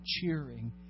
cheering